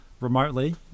remotely